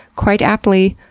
quite aptly,